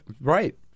right